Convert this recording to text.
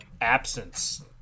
absence